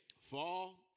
Fall